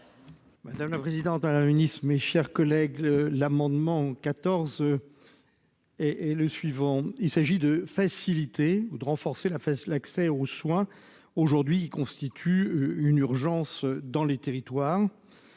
Madame la présidente à la unissent mes chers collègues. L'amendement 14. Et et le suivant. Il s'agit de faciliter ou de renforcer la fesse, l'accès aux soins. Aujourd'hui ils constituent une urgence dans les territoires.